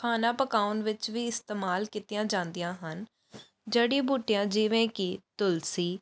ਖਾਣਾ ਪਕਾਉਣ ਵਿੱਚ ਵੀ ਇਸਤੇਮਾਲ ਕੀਤੀਆਂ ਜਾਂਦੀਆਂ ਹਨ ਜੜੀ ਬੂਟੀਆਂ ਜਿਵੇਂ ਕਿ ਤੁਲਸੀ